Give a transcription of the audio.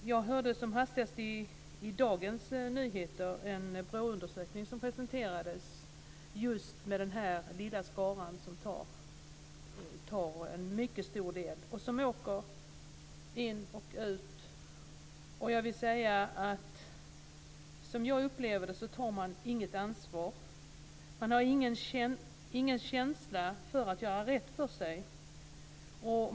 Jag hörde som hastigast att man i dagens nyheter presenterade en BRÅ-undersökning av just den här lilla skaran, som tar en mycket stor del och som åker in och ut på anstalterna. Jag vill säga att som jag upplever det tar man inget ansvar. Man har ingen känsla för att göra rätt för sig.